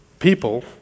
People